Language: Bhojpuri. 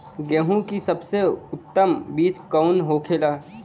गेहूँ की सबसे उत्तम बीज कौन होखेला?